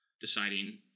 deciding